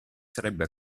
sarebbe